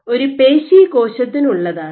ഇത് ഒരു പേശി കോശത്തിനുള്ളതാണ്